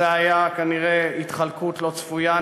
זו הייתה כנראה התחלקות לא צפויה,